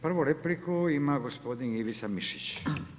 Prvu repliku ima gospodin Ivica MIšić.